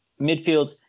midfields